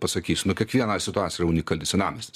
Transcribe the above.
pasakysiu nu kiekviena situacija yra unikali senamiestis